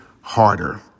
Harder